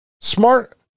smart